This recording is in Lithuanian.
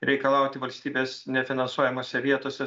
reikalauti valstybės nefinansuojamose vietose